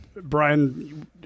Brian